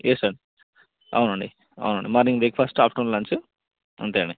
yes sir అవునండి అవునండి morning breakfast afternoon lunch అంతే అండి